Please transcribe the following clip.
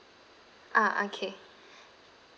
ah okay